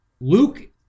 Luke